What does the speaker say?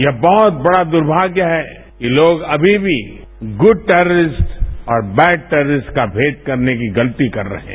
यह बहुत बढ़ा दुर्भाग्य है कि लोग अभी भी गुड टेरिज्म और बैड टेरीज्म का भेद करने की गलती कर रहे है